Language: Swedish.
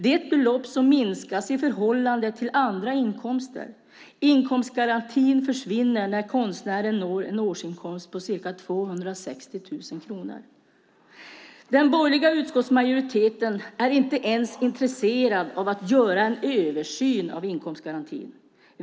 Det är ett belopp som minskas i förhållande till andra inkomster. Inkomstgarantin försvinner när konstnären når en årsinkomst på ca 260 000 kronor. Den borgerliga utskottsmajoriteten är inte ens intresserad av att göra en översyn av inkomstgarantin.